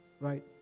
Right